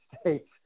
States